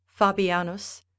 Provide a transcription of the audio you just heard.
Fabianus